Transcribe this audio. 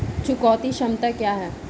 चुकौती क्षमता क्या है?